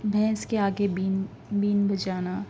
بھینس کے آگے بین بین بجانا